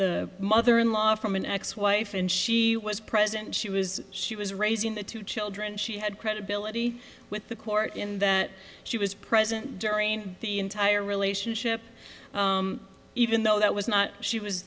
the mother in law from an ex wife and she was present she was she was raising the two children she had credibility with the court and that she was present during the entire relationship even though that was not she was